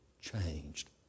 changed